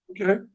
Okay